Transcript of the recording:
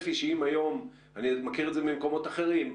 אני מכיר את זה ממקומות אחרים.